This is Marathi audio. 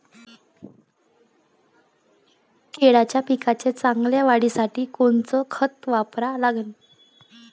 केळाच्या पिकाच्या चांगल्या वाढीसाठी कोनचं खत वापरा लागन?